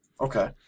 Okay